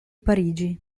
parigi